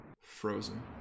frozen